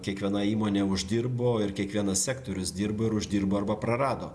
kiekviena įmonė uždirbo ir kiekvienas sektorius dirbo ir uždirbo arba prarado